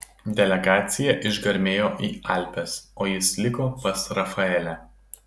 delegacija išgarmėjo į alpes o jis liko pas rafaelę